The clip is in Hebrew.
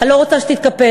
אני לא רוצה שתתקפל,